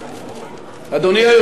אדוני היושב-ראש,